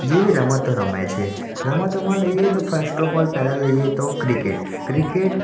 જેવી રમતો રમાય છે રમતોમાં લઈએ તો ફર્સ્ટ ઓફ ઓલ પહેલાં લઈએ તો ક્રિકેટ ક્રિકેટ